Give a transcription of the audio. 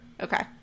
okay